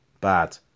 bad